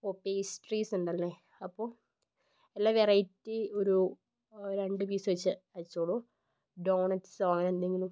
ഓ pastries ഉണ്ടല്ലേ അപ്പോൾ എല്ലാ വെറൈറ്റി ഒരു രണ്ടു പീസ് വച്ച് അയച്ചോളൂ ഡോണറ്റ്സോ അങ്ങനെയെന്തെങ്കിലും